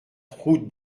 route